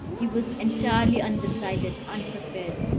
he was entirely undecided, unprepared.